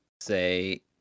say